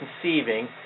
conceiving